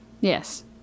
Yes